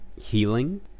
healing